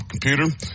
computer